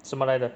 什么来的